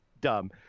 dumb